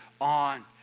on